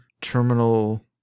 Terminal